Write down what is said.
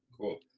cool